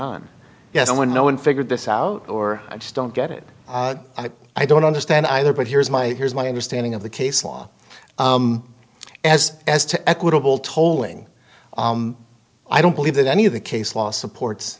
on yes and when no one figured this out or i just don't get it i don't understand either but here's my here's my understanding of the case law as as to equitable tolling i don't believe that any of the case law supports